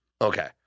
Okay